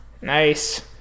Nice